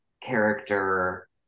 character